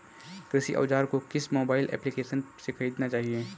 कृषि औज़ार को किस मोबाइल एप्पलीकेशन से ख़रीदना चाहिए?